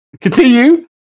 Continue